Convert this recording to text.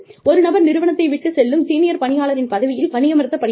ஒரு நபர் நிறுவனத்தை விட்டு செல்லும் சீனியர் பணியாளரின் பதவியில் பணியமர்த்தப்படுகிறார்